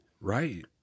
Right